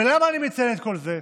ולמה אני מציין את כל זה?